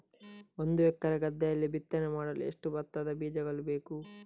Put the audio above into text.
ಒಂದು ಎಕರೆ ಗದ್ದೆಯಲ್ಲಿ ಬಿತ್ತನೆ ಮಾಡಲು ಎಷ್ಟು ಭತ್ತದ ಬೀಜಗಳು ಬೇಕು?